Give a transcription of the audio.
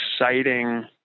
exciting